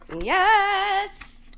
Yes